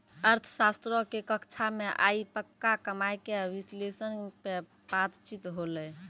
अर्थशास्त्रो के कक्षा मे आइ पक्का कमाय के विश्लेषण पे बातचीत होलै